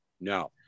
No